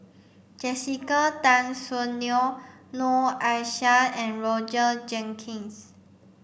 Jessica Tan Soon Neo Noor Aishah and Roger Jenkins